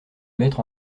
mettre